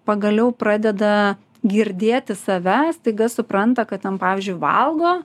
pagaliau pradeda girdėti save staiga supranta kad ten pavyzdžiui valgo